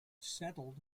settled